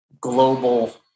global